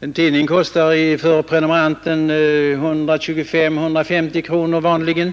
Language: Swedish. En tidning kostar för prenumeranten vanligen 125—150 kronor per år,